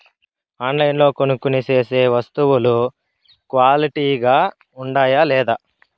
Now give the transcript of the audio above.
ఆన్లైన్లో కొనుక్కొనే సేసే వస్తువులు క్వాలిటీ గా ఉండాయా లేదా?